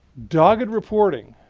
dogged reporters